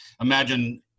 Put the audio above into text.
Imagine